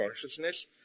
consciousness